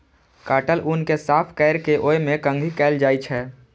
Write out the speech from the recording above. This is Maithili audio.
काटल ऊन कें साफ कैर के ओय मे कंघी कैल जाइ छै